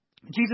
Jesus